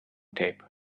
tape